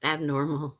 Abnormal